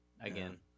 Again